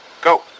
Go